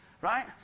right